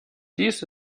dies